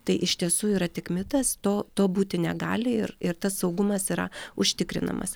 tai iš tiesų yra tik mitas to to būti negali ir ir tas saugumas yra užtikrinamas